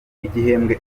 igihembwe